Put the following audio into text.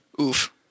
Oof